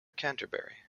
canterbury